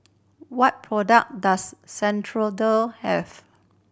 what product does Ceradan have